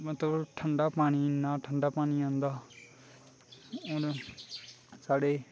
में तो ठंडा पानी इ'न्ना पानी आंदा उन साढ़े